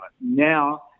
Now